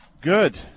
Good